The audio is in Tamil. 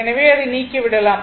எனவே அதை நீக்கி விடலாம்